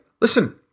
Listen